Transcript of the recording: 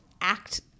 act